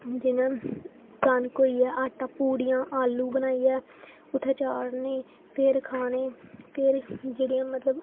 जि'यां कनक होइया आटा पूड़ियां आलू बनाइयै उ'त्थें चाढ़ने फिर खाने फिर जेह्ड़े मतलब